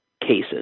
cases